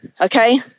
okay